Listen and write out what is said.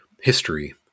history